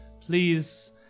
please